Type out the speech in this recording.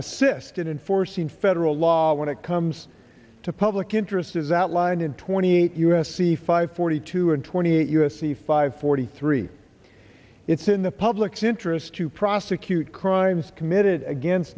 assist in forcing federal law when it comes to public interest as outlined in twenty eight u s c five forty two and twenty eight u s c five forty three it's in the public's interest to prosecute crimes committed against